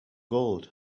gold